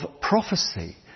prophecy